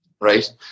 right